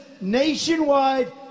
nationwide